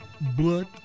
blood